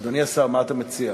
אדוני השר, מה אתה מציע?